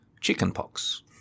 chickenpox